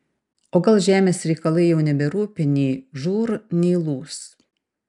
o gal žemės reikalai jau neberūpi nei žūr nei lūs